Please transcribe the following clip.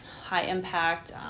high-impact